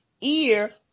ear